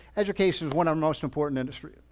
education is one our most important industry.